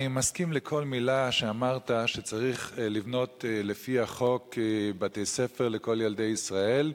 אני מסכים לכל מלה שאמרת שצריך לבנות לפי החוק בתי-ספר לכל ילדי ישראל,